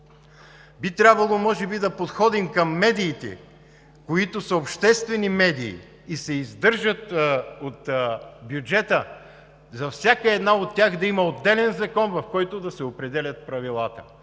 Би трябвало, може би, да подходим към медиите, които са обществени медии и се издържат от бюджета, за всяка една от тях да има отделен закон, в който да се определят правилата,